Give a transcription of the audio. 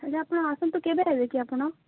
ତା'ହେଲେ ଆପଣ ଆସନ୍ତୁ କେବେ ଆଇବେ କି ଆପଣ